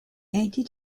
anti